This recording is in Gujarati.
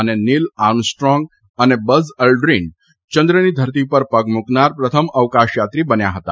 અને નિલ આર્મસ્ટ્રોંગ અને બઝ અલ્ટ્રીન ચંદ્રની ધરતી પર પગ મૂકનાર પ્રથમ અવકાશયાત્રી બન્યા હતા